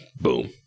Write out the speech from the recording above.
Boom